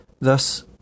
thus